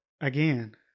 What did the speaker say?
again